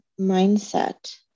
mindset